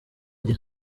gihe